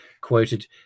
quoted